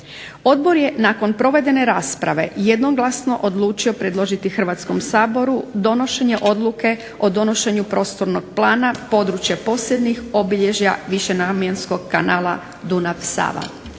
Odbor je nakon provedene rasprave jednoglasno odlučio predložiti Hrvatskom saboru donošenje odluke o donošenju prostornog plana područja posebnih obilježja višenamjenskog kanala Dunav – Sava.